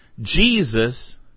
Jesus